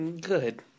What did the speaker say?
Good